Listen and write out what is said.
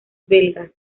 belgas